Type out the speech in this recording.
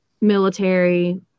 military